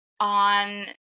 on